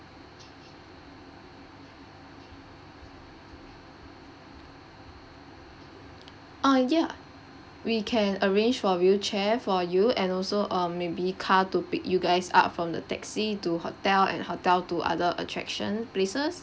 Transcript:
uh ya we can arrange for wheelchair for you and also um maybe car to pick you guys up from the taxi to hotel and hotel to other attraction places